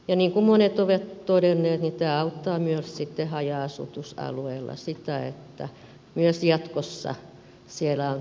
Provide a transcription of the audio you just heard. niin kuin monet ovat todenneet tämä auttaa myös sitten haja asutusalueilla siinä että myös jatkossa siellä on taksi saatavilla